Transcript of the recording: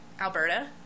Alberta